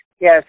Yes